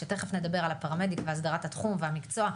שתיכף נדבר על פרמדיק והסדרת התחום והמקצוע,